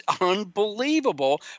unbelievable